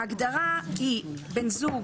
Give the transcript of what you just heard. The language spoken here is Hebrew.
ההגדרה היא "בן זוג,